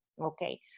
Okay